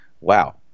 wow